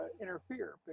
Interfere